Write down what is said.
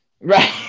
Right